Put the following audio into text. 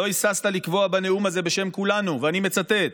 לא היססת לקבוע בנאום הזה בשם כולנו, ואני מצטט: